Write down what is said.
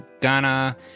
ghana